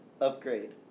upgrade